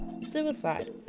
suicide